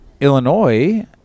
Illinois